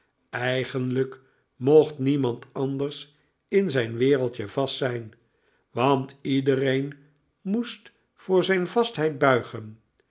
eigenlijk mocht niemand anders in zijn wereldje vast zijn want iedereen moest voor zijn vastheid buigen